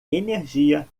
energia